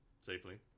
Safely